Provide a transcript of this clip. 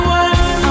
one